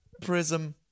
Prism